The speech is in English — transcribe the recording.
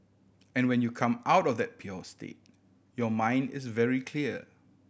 and when you come out of that pure state your mind is very clear